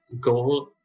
goal